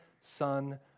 Son